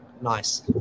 nice